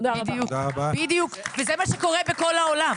בדיוק, וזה מה שקורה בכל העולם.